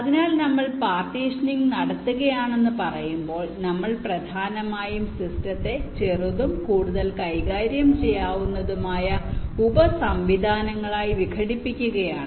അതിനാൽ നമ്മൾ പാർട്ടീഷനിങ്നടത്തുകയാണെന്ന് പറയുമ്പോൾ നമ്മൾ പ്രധാനമായും സിസ്റ്റത്തെ ചെറുതും കൂടുതൽ കൈകാര്യം ചെയ്യാവുന്നതുമായ ഉപസംവിധാനങ്ങളായി വിഘടിപ്പിക്കുകയാണ്